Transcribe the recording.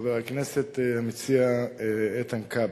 חבר הכנסת המציע איתן כבל,